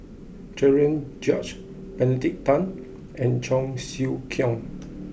Cherian George Benedict Tan and Cheong Siew Keong